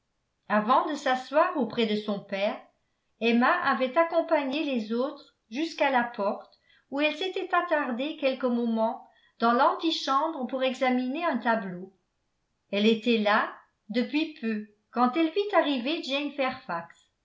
avant de s'asseoir auprès de son père emma avait accompagné les autres jusqu'à la porte où elle s'était attardée quelques moments dans l'antichambre pour examiner un tableau elle était là depuis peu quand elle vit arriver